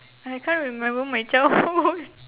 I can't remember my childhood